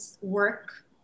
work